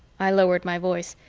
i lowered my voice.